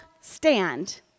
stand